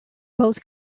both